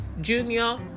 junior